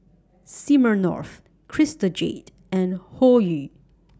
Smirnoff Crystal Jade and Hoyu